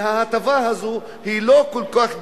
וההטבה הזאת היא לא כל כך גדולה,